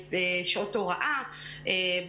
שעות הוראה,